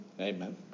Amen